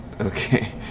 Okay